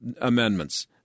amendments